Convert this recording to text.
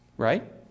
Right